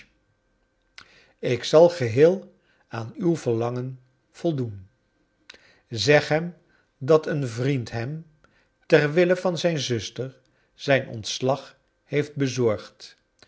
ik zal geheel aan uw verlangen voldoen zeg hem dat een vriend hem ter wille van zijn zuster zijn ontslag heeft bezorgd